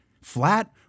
flat